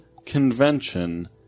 convention